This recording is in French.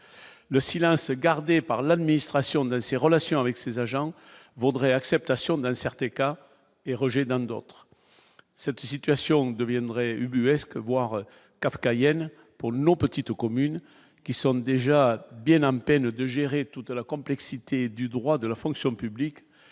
le silence gardé par l'administration de la ses relations avec ses agents vaudrait acceptation d'un certificat et rejet dans d'autres, cette situation deviendrait ubuesque, voire kafkaïenne pour nos petites communes qui sont déjà bien me peine de gérer tout à la complexité du droit de la fonction publique